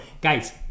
guys